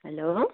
hello